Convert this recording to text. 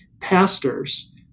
pastors